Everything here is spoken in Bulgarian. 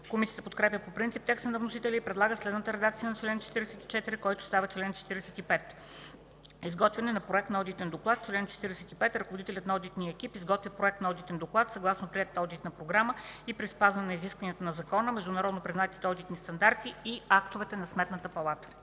Комисията подкрепя по принцип текста на вносителя и предлага следната редакция на чл. 44, който става чл.45: „Изготвяне на Проект на одитен доклад Чл. 45. Ръководителят на одитния екип изготвя Проект на одитен доклад съгласно приетата одитна програма и при спазване изискванията на закона, международно признатите одитни стандарти и актовете на Сметната палата.”